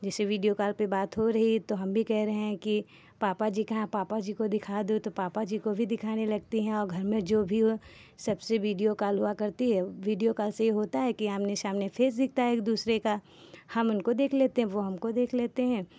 जैसे video call पर बात हो रही है तो हम भी कह रहे हैं कि पापा जी कहाँ हैं पापा जी को दिखा दो तो पापा जी को भी दिखाने लगती हैं और घर में जो भी हो सबसे वीडियो कॉल हुआ करती है वीडियो कॉल से यह होता है कि आमने सामने फेस दिखता है एक दूसरे का हम उनको देख लेते हैं वह हमको देख लेते हैं